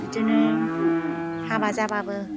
बिदिनो हाबा जाबाबो